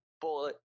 bullet